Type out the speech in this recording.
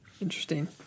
Interesting